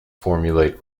formulate